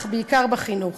אך בעיקר בחינוך.